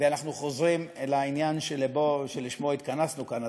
ואנחנו חוזרים לעניין שלשמו התכנסנו כאן,